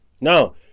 Now